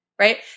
right